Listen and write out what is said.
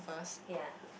ya